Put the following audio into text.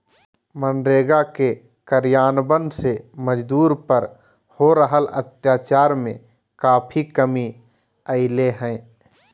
मनरेगा के कार्यान्वन से मजदूर पर हो रहल अत्याचार में काफी कमी अईले हें